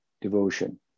devotion